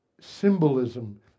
symbolism